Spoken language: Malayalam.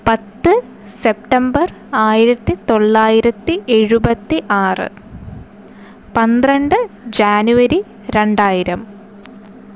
പത്ത് സെപ്റ്റംബർ ആയിരത്തി തൊള്ളായിരത്തി എഴുപത്താറ് പന്ത്രണ്ട് ജനുവരി രണ്ടായിരം